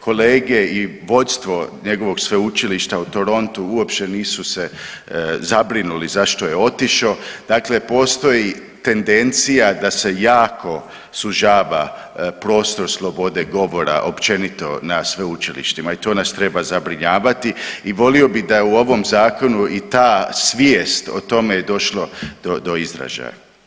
Kolege i vodstvo njegovog sveučilišta u Torontu uopće nisu se zabrinuli zašto je otišao, dakle postoji tendencija da se jako sužava prostor slobode govora, općenito na sveučilištima i to nas treba zabrinjavati i volio bih da u ovom Zakonu i ta svijest o tome je došlo do izražaja.